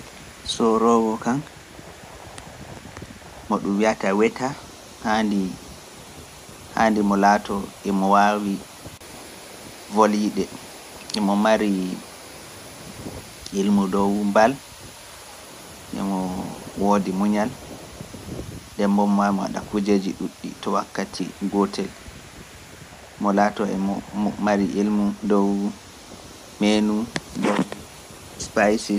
Sooroowo kaan mo ɗum wi’ata weita haandi haandi mo laato e mo waawi voliiɗe mo mari ilmu dow mbal, emo woodi muñal, ndemmbo e mo waɗa kujeeji ɗuuɗɗi to wakkati gootel mo laatoo e mo mari ilmu dow meenu e dow spaysis.